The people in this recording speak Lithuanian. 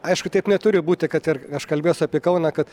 aišku taip neturi būti kad ir aš kalbėsiu apie kauną kad